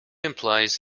implies